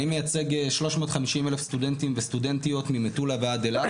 אני מייצג 350,000 סטודנטים וסטודנטיות ממטולה ועד אילת,